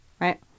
right